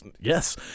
Yes